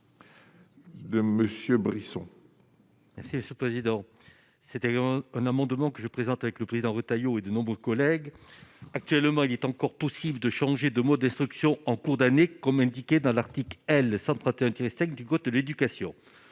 Merci, ce président c'était un amendement que je présente, avec le président Retailleau et de nombreux collègues, actuellement, il est encore possible de changer de mode destruction en cours d'année, comme indiqué dans l'article L 131 Thierry steak du code de l'éducation,